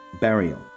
burial